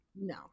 no